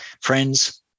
Friends